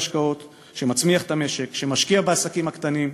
הישגים בתקציב הזה: הממשלה הזאת תקצץ וקיצוצים רוחביים,